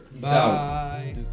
Bye